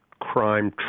crime